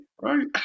right